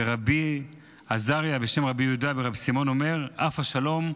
ורבי עזריה בשם רבי יהודה ברבי סימון אומר: "אף השלום,